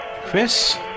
Chris